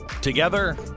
together